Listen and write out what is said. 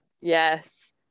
yes